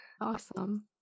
Awesome